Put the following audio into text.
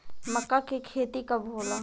मक्का के खेती कब होला?